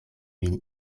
vin